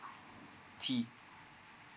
T